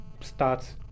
starts